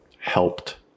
helped